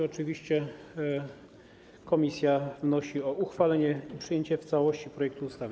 Oczywiście komisja wnosi o uchwalenie i przyjęcie w całości projektu ustawy.